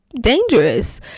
dangerous